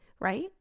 right